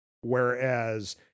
Whereas